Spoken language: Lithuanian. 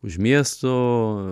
už miesto